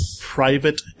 private